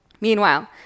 Meanwhile